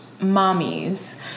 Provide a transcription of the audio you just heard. mommies